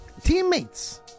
teammates